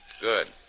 Good